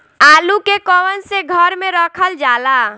आलू के कवन से घर मे रखल जाला?